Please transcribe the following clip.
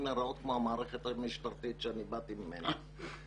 להיראות כמו המערכת המשטרתית שאני באתי ממנה.